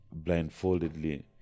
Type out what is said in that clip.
blindfoldedly